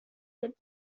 get